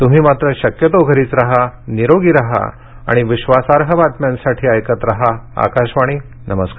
तुम्ही मात्र शक्यतो घरीच राहा निरोगी राहा आणि विश्वासार्ह बातम्यांसाठी ऐकत राहा आकाशवाणी नमस्कार